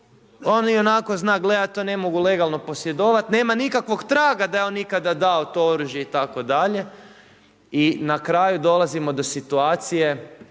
on ionako zna gledati, to ne mogu legalno posjedovati, nema nikakvog traga da je on ikada dao to oružje itd. i na kraju, dolazimo do situacije,